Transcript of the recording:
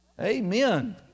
Amen